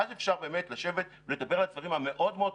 ואז אפשר לשבת ולדבר על הדברים החשובים